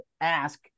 ask